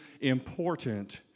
important